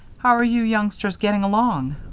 how are you youngsters getting along?